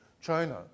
China